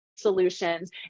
solutions